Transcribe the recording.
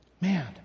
Man